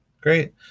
Great